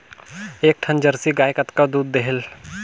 एक ठन जरसी गाय कतका दूध देहेल?